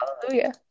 Hallelujah